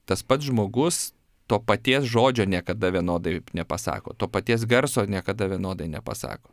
tas pats žmogus to paties žodžio niekada vienodai nepasako to paties garso niekada vienodai nepasako